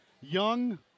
Young